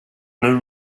new